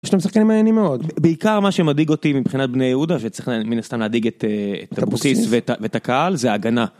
יש להם שחקנים מעניינים מאוד בעיקר מה שמדאיג אותי מבחינת בני יהודה שצריך מן הסתם להדאיג את אבוקסיס ואת הקהל זה הגנה.